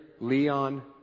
Leon